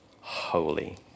holy